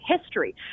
history